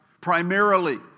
primarily